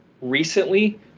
recently